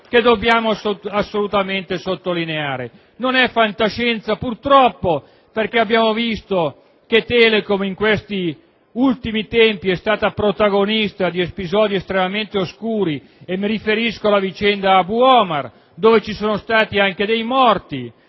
che dobbiamo assolutamente sottolineare. Non è fantascienza, purtroppo, perché abbiamo visto che Telecom, in questi ultimi tempi, è stata protagonista di episodi estremamente oscuri. Mi riferisco alla vicenda Abu Omar, dove ci sono stati anche dei morti